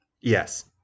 Yes